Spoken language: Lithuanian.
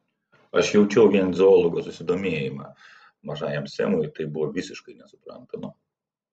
aš jaučiau vien zoologo susidomėjimą mažajam semui tai buvo visiškai nesuprantama